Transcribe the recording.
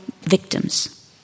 victims